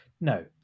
No